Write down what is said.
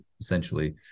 essentially